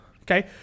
Okay